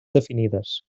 definides